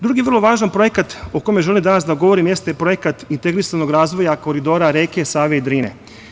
Drugi vrlo važan projekat o kome želim danas da govorim jeste projekat integrisanog razvoja koridora reke Save i Drine.